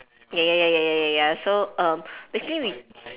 ya ya ya ya ya ya so um basically we